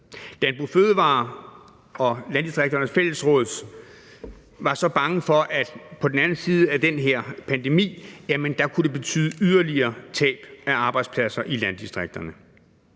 & Fødevarer og Landdistrikternes Fællesråd var så bange for, at det på den anden side af den her pandemi kunne betyde yderligere tab af arbejdspladser i landdistrikterne.